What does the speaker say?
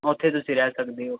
ਉੱਥੇ ਤੁਸੀਂ ਰਹਿ ਸਕਦੇ ਹੋ